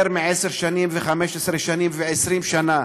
יותר מעשר שנים, מ-15 שנים ו-20 שנה,